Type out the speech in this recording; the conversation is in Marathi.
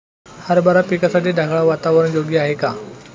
हरभरा पिकासाठी ढगाळ वातावरण योग्य आहे का?